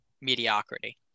mediocrity